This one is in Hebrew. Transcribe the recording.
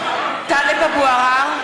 (קוראת בשמות חברי הכנסת) טלב אבו עראר,